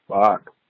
Fuck